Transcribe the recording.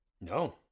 No